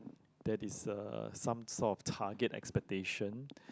that is a some sort of target expectation